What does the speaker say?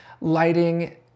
lighting